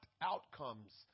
outcomes